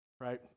right